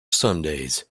sundays